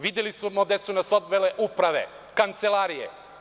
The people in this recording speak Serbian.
Videli smo gde su nas odvele uprave, kancelarije.